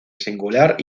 singular